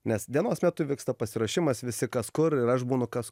nes dienos metu viksta pasiruošimas visi kas kur ir aš būnu kas